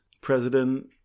president